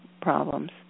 problems